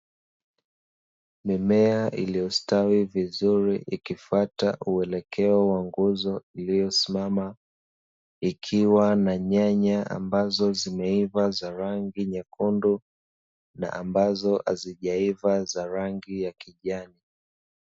Mimea iliyostawi vizuri ikifata uelekeo wa nguzo iliyosimama, ikiwa na nyanya ambazo zimeiva za rangi nyekundu na ambazo hazijaiva za rangi ya kijani.